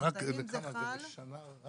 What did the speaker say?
רק